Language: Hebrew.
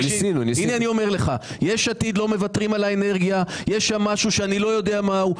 יש שם משהו שאני לא יודע מה הוא.